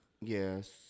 Yes